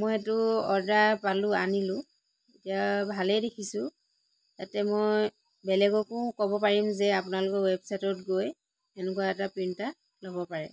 মই এইটো অৰ্ডাৰ পালোঁ আনিলোঁ ইয়াৰ ভালে দেখিছোঁ এতিয়া মই বেলেগকো ক'ব পাৰিম যে আপোনালোকৰ ৱেবছাইটত গৈ তেনেকুৱা এটা প্ৰিন্টাৰ ল'ব পাৰে